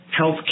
healthcare